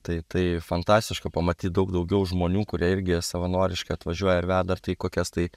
tai tai fantastiška pamatyt daug daugiau žmonių kurie irgi savanoriškai atvažiuoja ir veda ar tai kokias tai